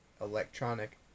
Electronic